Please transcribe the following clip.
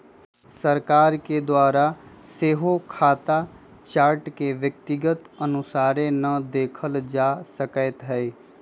सरकार के द्वारा सेहो खता चार्ट के व्यक्तिगत अनुसारे न देखल जा सकैत हइ